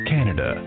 Canada